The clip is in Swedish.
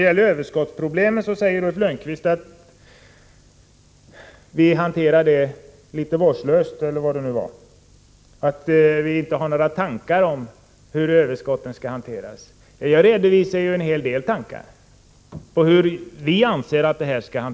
Beträffande överskottsproblemen säger Ulf Lönnqvist att vi behandlar dem vårdslöst — eller hur han nu uttryckte det — och att vi inte har några tankar om hur överskotten skall hanteras. Men jag redovisade en hel del tankar om hur vi anser att problemen skall lösas.